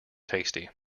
tasty